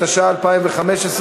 התשע"ה 2015,